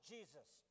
Jesus